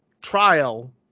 trial